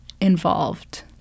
involved